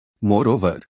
Moreover